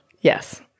Yes